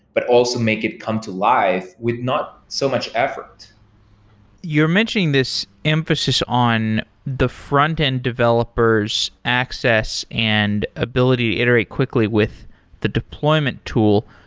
but also make it come to life with not so much effort you're mentioning this emphasis on the frontend developers access and ability to iterate quickly with the deployment tool.